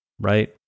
right